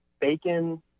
bacon